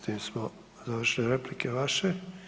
S tim smo završili replike vaše.